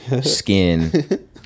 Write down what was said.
skin